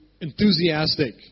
enthusiastic